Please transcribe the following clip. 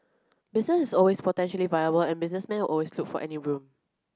business is always potentially viable and businessmen will always look for any room